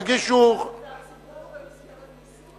והציבור במסגרת ניסוי?